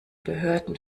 behörden